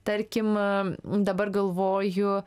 tarkim dabar galvoju